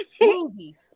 Movies